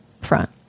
front